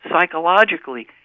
psychologically